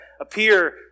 appear